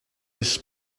his